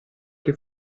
che